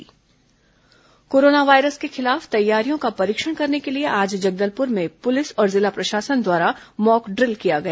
corona police सहायता corona virus के खिलाफ तैयारियों का परीक्षण करने के लिए आज जगदलपुर में पुलिस और जिला प्रशासन द्वारा मॉकड्रिल किया गया